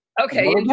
okay